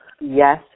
yes